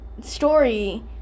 story